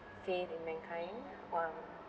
faith in mankind on